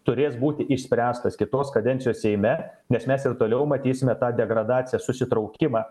turės būti išspręstas kitos kadencijos seime nes mes ir toliau matysime tą degradaciją susitraukimą